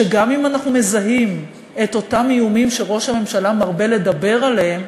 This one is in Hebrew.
שגם אם אנחנו מזהים את אותם איומים שראש הממשלה מרבה לדבר עליהם,